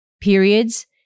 periods